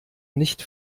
nicht